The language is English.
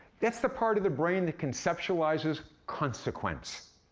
that's the part of the brain that conceptualizes consequence.